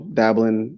dabbling